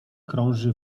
krąży